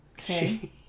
Okay